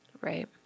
Right